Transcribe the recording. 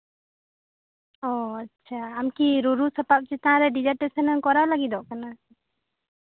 ᱚ ᱟᱪᱪᱷᱟ ᱟᱢ ᱠᱤ ᱨᱩᱨᱩ ᱥᱟᱯᱟᱯ ᱪᱮᱛᱟᱱ ᱰᱤᱥᱟᱨᱴᱮᱥᱚᱱ ᱮᱢ ᱠᱚᱨᱟᱣ ᱞᱟᱹᱜᱤᱫᱚᱜ ᱠᱟᱱᱟ